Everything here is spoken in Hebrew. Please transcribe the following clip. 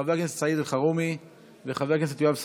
חבר הכנסת סעיד אלחרומי וחבר הכנסת יואב סגלוביץ'.